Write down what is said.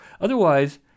Otherwise